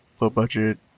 low-budget